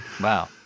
Wow